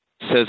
says